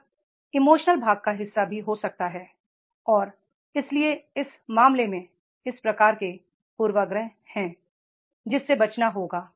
यह इमोशनल भाग का हिस्सा भी हो सकता है और इसलिए इस मामले में इस प्रकार के पूर्वाग्रह हैं जिससे बचना होगा